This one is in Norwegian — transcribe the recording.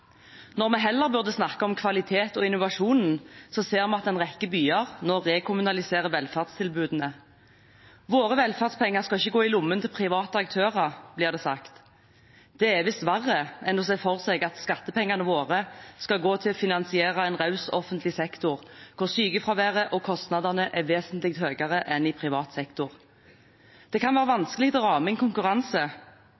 Når vi heller burde snakke om kvaliteten og innovasjonen, ser vi at en rekke byer nå rekommunaliserer velferdstilbudene. Våre velferdspenger skal ikke gå i lommen til private aktører, blir det sagt. Det er visst verre enn å se for seg at skattepengene våre skal gå til å finansiere en raus offentlig sektor, hvor sykefraværet og kostnadene er vesentlig høyere enn i privat sektor. Det kan være